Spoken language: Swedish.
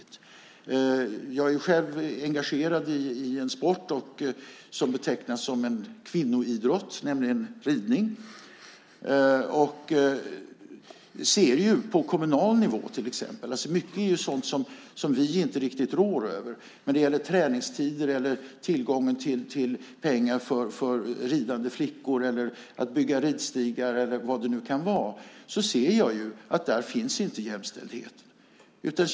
Jag är själv engagerad i en sport som betecknas som en kvinnoidrott, nämligen ridning, och ser på till exempel kommunal nivå att mycket är sådant som vi inte råder över. När det gäller träningstider, tillgången till pengar för ridande flickor, att bygga ridstigar eller vad det nu kan vara ser jag att där inte finns jämställdhet.